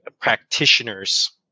practitioners